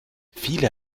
viele